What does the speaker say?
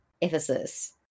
Ephesus